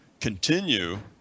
continue